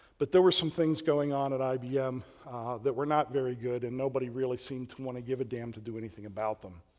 but there were some things going on at ibm that were not very good and nobody really seemed to want to give a damn to do anything about them.